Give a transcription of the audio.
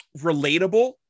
relatable